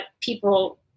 people